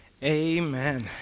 amen